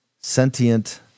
sentient